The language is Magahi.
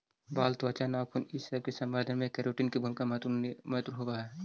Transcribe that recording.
बाल, त्वचा, नाखून इ सब के संवर्धन में केराटिन के भूमिका महत्त्वपूर्ण होवऽ हई